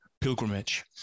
pilgrimage